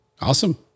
Awesome